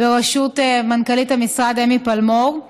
בראשות מנכ"לית המשרד אמי פלמור.